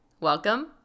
welcome